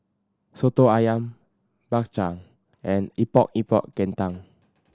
Soto Ayam Bak Chang and Epok Epok Kentang